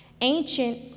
ancient